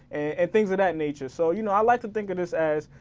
and things of that nature. so, you know, i like to think of this as,